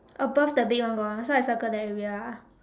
above the big one got one so I circle that area ah